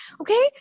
Okay